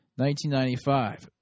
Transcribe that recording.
1995